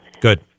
Good